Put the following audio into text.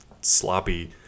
sloppy